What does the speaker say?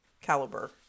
caliber